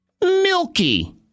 Milky